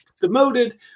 demoted